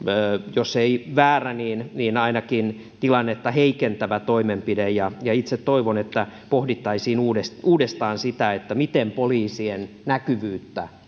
jos ei väärä niin niin ainakin tilannetta heikentävä toimenpide itse toivon että pohdittaisiin uudestaan uudestaan sitä miten poliisien näkyvyyttä